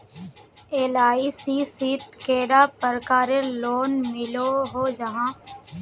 LIC शित कैडा प्रकारेर लोन मिलोहो जाहा?